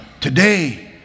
today